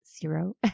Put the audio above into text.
Zero